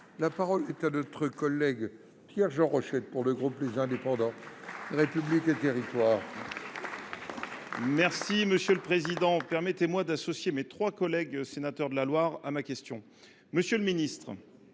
La parole est à M. Pierre Jean Rochette, pour le groupe Les Indépendants – République et Territoires. Monsieur le président, permettez moi d’associer mes trois collègues sénateurs de la Loire à ma question. Monsieur le ministre